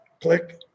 Click